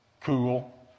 cool